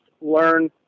learn